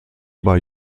bei